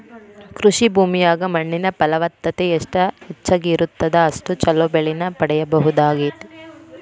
ಕೃಷಿ ಭೂಮಿಯಾಗ ಮಣ್ಣಿನ ಫಲವತ್ತತೆ ಎಷ್ಟ ಹೆಚ್ಚಗಿ ಇರುತ್ತದ ಅಷ್ಟು ಚೊಲೋ ಬೆಳಿನ ಪಡೇಬಹುದಾಗೇತಿ